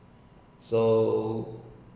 so